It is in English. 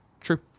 True